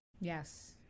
Yes